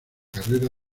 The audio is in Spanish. carrera